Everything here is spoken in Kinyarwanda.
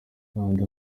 kanda